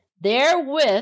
therewith